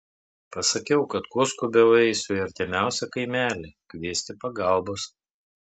pasakiau kad kuo skubiau eisiu į artimiausią kaimelį kviesti pagalbos